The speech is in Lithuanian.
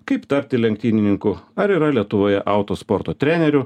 kaip tapti lenktynininku ar yra lietuvoje auto sporto trenerių